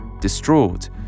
Distraught